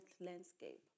Landscape